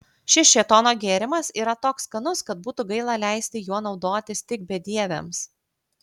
šis šėtono gėrimas yra toks skanus kad būtų gaila leisti juo naudotis tik bedieviams